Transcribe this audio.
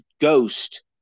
ghost